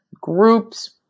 groups